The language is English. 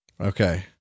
Okay